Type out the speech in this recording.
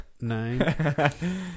Nine